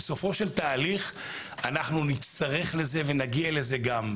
בסופו של תהליך אנחנו נצטרך את זה ונגיע לזה גם.